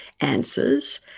answers